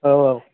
आव आव